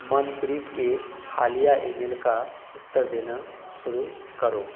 मनप्रीत के हालिया ईमेल का उत्तर देना शुरू करो